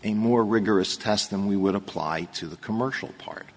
a more rigorous task than we would apply to the commercial part